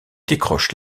décroche